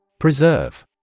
Preserve